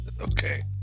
Okay